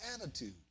attitude